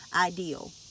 ideal